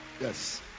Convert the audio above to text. Yes